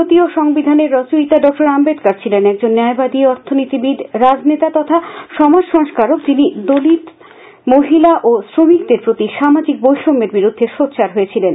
ভারতীয় সংবিধানের রচয়িতা ড আম্বেদকর ছিলেন একজন ন্যায়বাদী অর্থনীতিবিদ রাজনেতা তথা সমাজ সংস্করক যিনি দলিত মহিলা ও শ্রমিকদের প্রতি সামাজিক বৈষম্যের বিরুদ্ধে সোচার হয়েছিলেন